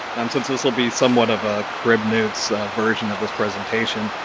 um since this will be somewhat of a crib notes version of this presentation.